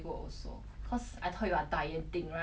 ya I'm getting fat